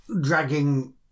dragging